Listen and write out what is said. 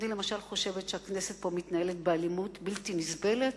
אני למשל חושבת שהכנסת פה מתנהלת באלימות בלתי נסבלת,